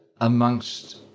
amongst